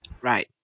Right